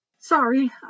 Sorry